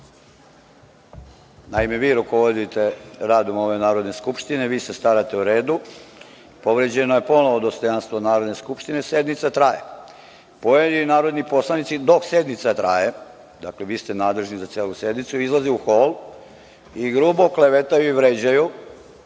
Naime, vi rukovodite radom ove Narodne skupštine, vi se starate o redu, povređeno je ponovo dostojanstvo Narodne skupštine, sednica traje. Pojedini narodni poslanici dok sednica traje, dakle, vi ste nadležni za celu sednicu, izlaze u hol i grubo klevetaju i vređaju